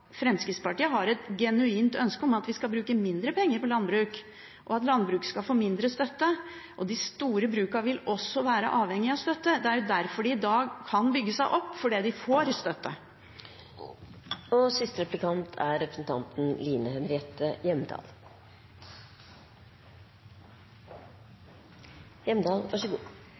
Fremskrittspartiet har et genuint ønske om at vi skal bruke mindre penger på landbruk, og at landbruket skal få mindre støtte. Og de store brukene vil også være avhengig av støtte – det er fordi de får støtte, de kan bygge seg opp. Representanten Andersen og SV har åtte års erfaring fra regjering. Jeg er helt sikker på at det er en viktig erfaring. Ut fra representanten